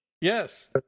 Yes